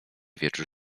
wieczór